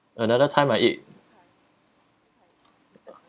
another time I ate